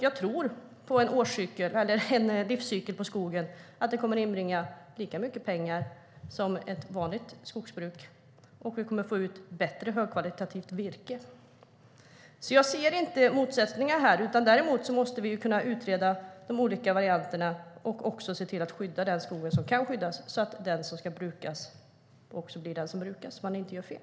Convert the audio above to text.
Jag tror att en livscykel på skogen kommer att inbringa lika mycket pengar som ett vanligt skogsbruk, och vi kommer att få ut bättre högkvalitativt virke. Jag ser inte motsättningar här. Däremot måste vi kunna utreda de olika varianterna och se till att skydda den skog som kan skyddas så att den som ska brukas också blir den som brukas och så att man inte gör fel.